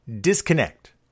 Disconnect